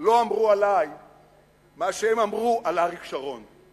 לא אמרו עלי מה שהם אמרו על אריק שרון,